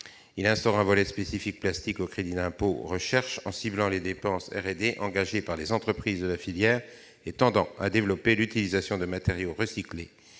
d'instaurer un volet spécifique pour le plastique au sein du crédit d'impôt recherche, en ciblant les dépenses engagées par les entreprises de la filière pour développer l'utilisation de matériaux recyclés,